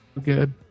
good